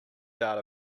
data